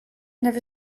never